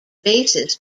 basis